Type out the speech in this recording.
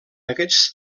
aquests